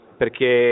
perché